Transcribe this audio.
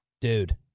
Dude